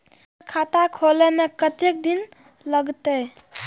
हमर खाता खोले में कतेक दिन लगते?